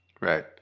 Right